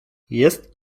jest